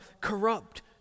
corrupt